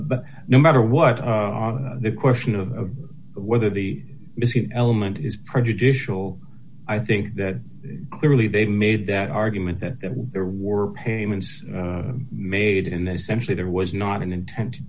but no matter what the question of whether the missing element is prejudicial i think that clearly they made that argument that there were payments made in this century there was not an intent to